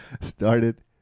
started